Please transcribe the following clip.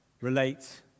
relate